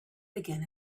began